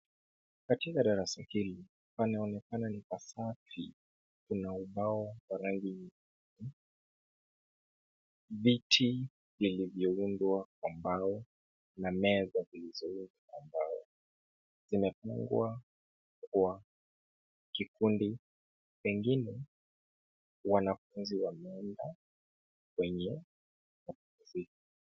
Katika darasa hili panaonekana ni pasafi. Kuna ubao wa rangi nyeupe, viti vilivyoundwa kwa mbao na meza zilizoundwa kwa mbao. Zimepangwa kwa kikundi, pengine wanafunzi wameenda kwenye makazi.